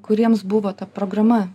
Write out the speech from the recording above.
kuriems buvo ta programa